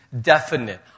definite